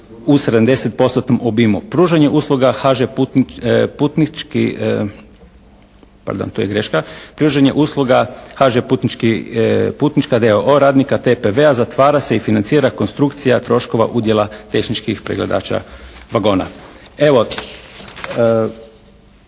u 70%-tnom obimu. Pružanje usluga HŽ putnički, pardon to je greška. Pružanje usluga HŽ putnička d.o.o. radnika TPV-a zatvara se i financira konstrukcija troškova udjela tehničkih pregledača vagona. Evo